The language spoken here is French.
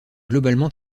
globalement